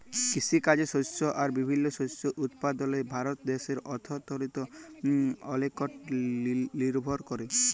কিসিকাজে শস্য আর বিভিল্ল্য শস্য উৎপাদলে ভারত দ্যাশের অথ্থলিতি অলেকট লিরভর ক্যরে